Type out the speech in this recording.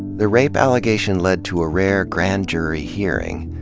the rape allegation led to a rare grand jury hearing,